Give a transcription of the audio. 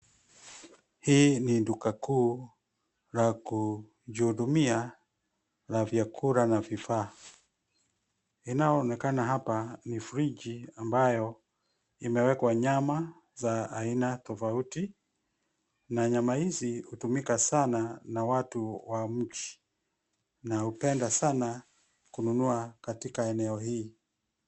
Hii ni duka kuu la kujihudumia ya vyakula na vifaa, yanayoonekana hapa ni friji ambayo imewekwa nyama za aina tofauti na nyama hizi hutumika sana na watu wa mji wanaopenda kununua katika eneo hii hii.